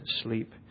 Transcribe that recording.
sleep